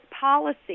policy